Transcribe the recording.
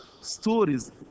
stories